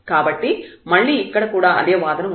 కాబట్టి మళ్ళీ ఇక్కడ కూడా అదే వాదన ఉంది